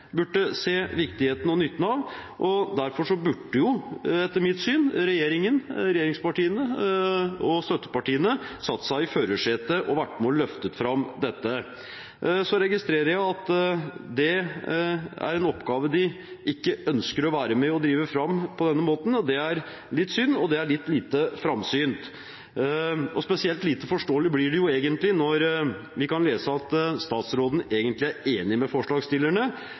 burde se viktigheten og nytten av, og derfor burde, etter mitt syn, regjeringen, regjeringspartiene og støttepartiene ha satt seg i førersetet og vært med på å løfte fram dette. Jeg registrerer at det er en oppgave de ikke ønsker å være med på å drive fram på denne måten. Det er litt synd, og det er litt lite framsynt. Spesielt lite forståelig blir det jo når vi kan lese at statsråden egentlig er enig med forslagsstillerne